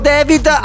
David